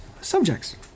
subjects